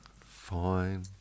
Fine